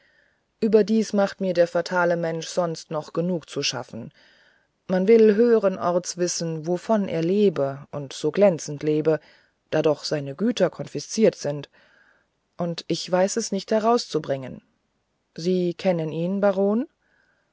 überdies macht mir der fatale mensch sonst noch genug zu schaffen man will höheren orts wissen wovon er lebe und so glänzend lebe da doch seine güter konfisziert sind und ich weiß es nicht herauszubringen sie kennen ihn baron